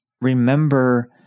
remember